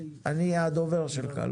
אני אהיה הדובר שלך.